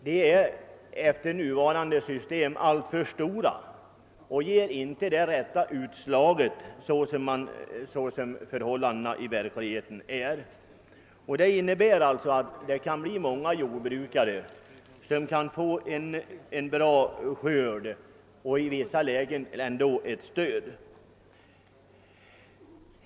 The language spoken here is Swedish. De är efter nuvarande system alltför stora och ger inte det rätta utslaget med hänsyn till förhållandena i verkligheten. Det innebär att många jordbrukare kan få en bra skörd och i vissa lägen ändå ett stöd.